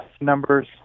numbers